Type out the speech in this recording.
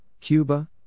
Cuba